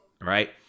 right